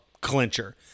clincher